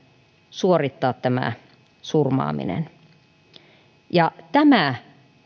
suorittaa tämä surmaaminen tämä